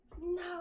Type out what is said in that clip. No